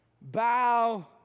bow